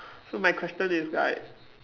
so my question is right